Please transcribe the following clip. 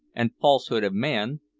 and falsehood of man,